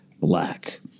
black